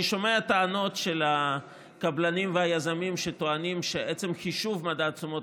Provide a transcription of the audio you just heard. אני שומע טענות של הקבלנים והיזמים שטוענים שעצם חישוב מדד תשומות